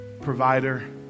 provider